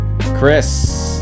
Chris